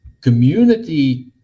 community